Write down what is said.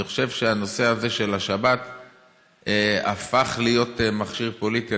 אני חושב שהנושא הזה של השבת הפך להיות מכשיר פוליטי.